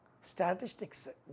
Statistics